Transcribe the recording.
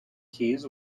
keys